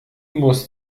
muss